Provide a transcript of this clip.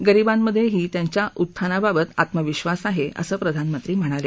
गरींबामधेही त्यांच्या उत्थानाबाबत आत्मविश्वास आहे असं प्रधानमंत्री म्हणाले